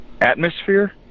atmosphere